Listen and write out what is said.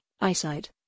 eyesight